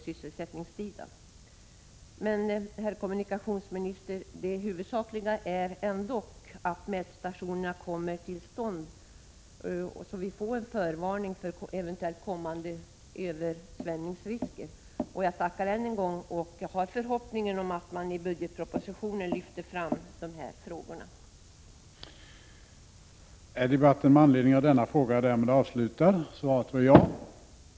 Men, herr kommunikationsminister, det huvudsakliga är ändock att mätstationerna kommer till stånd, så att vi kan bli förvarnade om eventuellt kommande översvämningsrisker. Jag tackar än en gång för svaret och har förhoppningen att dessa frågor skall lyftas fram i budgetpropositionen.